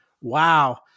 wow